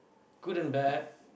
good and bad